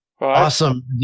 Awesome